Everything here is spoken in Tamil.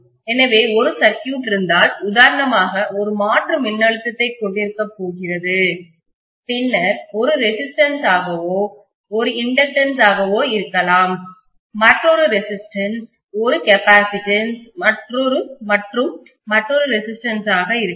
எனவே ஒரு சர்க்யூட் இருந்தால் உதாரணமாக ஒரு மாற்று மின்னழுத்தத்தைக் கொண்டிருக்கப் போகிறது பின்னர் ஒரு ரெசிஸ்டன்ஸ் ஆகவோ ஒரு இண்டக்டன்ஸ் ஆகவோ இருக்கலாம் மற்றொரு ரெசிஸ்டன்ஸ் ஒரு கெப்பாசிட்டன்ஸ் மற்றும் மற்றொரு ரெசிஸ்டன்ஸ் ஆக இருக்கலாம்